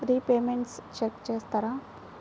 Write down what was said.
Repayments check చేస్తారా?